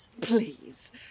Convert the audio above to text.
Please